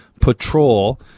patrol